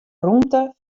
rûmte